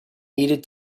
needed